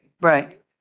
Right